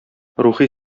рухи